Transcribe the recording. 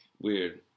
weird